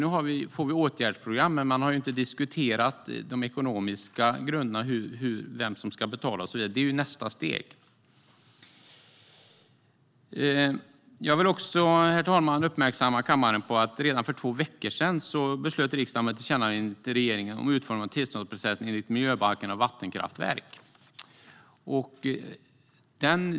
Nu får vi åtgärdsprogram, men man har inte diskuterat de ekonomiska grunderna, alltså vem som ska betala och så vidare. Det är nästa steg. Herr talman! Jag vill också uppmärksamma kammaren på att riksdagen redan för två veckor sedan beslöt om ett tillkännagivande till regeringen om utformandet av tillståndsprocesser enligt miljöbalken för vattenkraftverk.